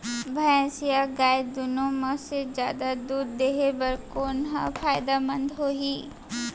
भैंस या गाय दुनो म से जादा दूध देहे बर कोन ह फायदामंद होही?